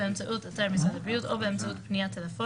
באמצעות אתר משרד הבריאות או באמצעות טלפונית